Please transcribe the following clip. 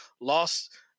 lost